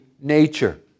nature